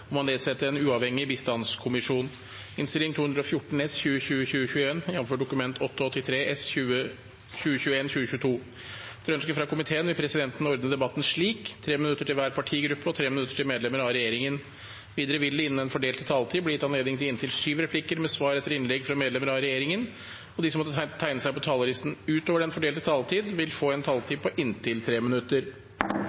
om ordet til sak nr. 17. Etter ønske frå helse- og omsorgskomiteen vil presidenten ordna debatten slik: 3 minutt til kvar partigruppe og 3 minutt til medlemer av regjeringa. Vidare vil det – innanfor den fordelte taletida – verta gjeve høve til inntil sju replikkar med svar etter innlegg frå medlemer av regjeringa. Og dei som måtte teikna seg på talarlista utover den fordelte taletida, får ei taletid